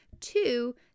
Two